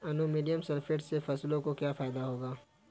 Ammonium sulphate से फसलों को क्या फायदा होगा?